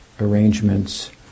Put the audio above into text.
arrangements